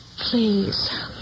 Please